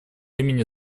имени